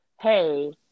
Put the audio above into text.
hey